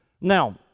Now